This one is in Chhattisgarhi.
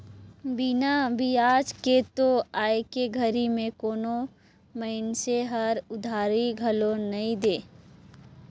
बिना बियाज के तो आयके घरी में कोनो मइनसे हर उधारी घलो नइ दे